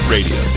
Radio